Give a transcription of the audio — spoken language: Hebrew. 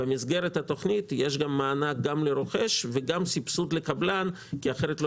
במסגרת התוכנית יש מענק גם לרוכש וגם סבסוד לקבלן כי אחרת לא